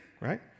Right